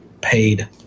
paid